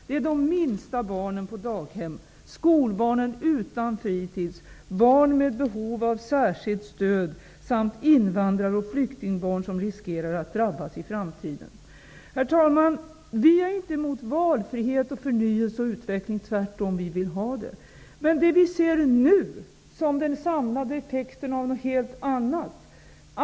Det är de minsta barnen på daghem, skolbarnen utan fritids, barn med behov av särskilt stöd samt invandrar och flyktingbarn som riskerar att drabbas i framtiden. Herr talman! Vi är inte emot valfrihet, förnyelse och utveckling. Vi vill tvärtom ha det. Men det vi ser nu är den samlade effekten av något helt annat.